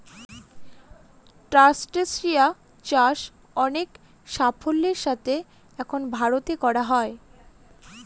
ট্রাস্টেসিয়া চাষ অনেক সাফল্যের সাথে এখন ভারতে করা হয়